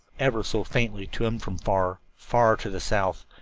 ever so faintly, to him from far, far to the south,